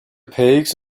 paix